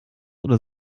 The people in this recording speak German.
oder